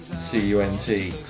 C-U-N-T